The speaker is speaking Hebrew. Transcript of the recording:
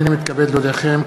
הנני מתכבד להודיעכם,